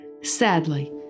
Sadly